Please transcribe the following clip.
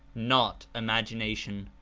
not imagination.